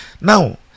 Now